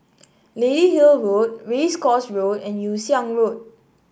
Lady Hill Road Race Course Road and Yew Siang Road